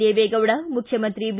ದೇವೇಗೌಡ ಮುಖ್ಯಮಂತ್ರಿ ಬಿ